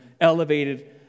elevated